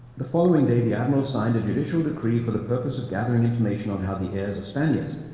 the following day the admiral signed a judicial decree for the purpose of gathering information on how the heirs are spaniards.